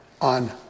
on